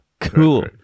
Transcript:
Cool